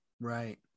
right